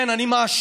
כן, אני מאשים.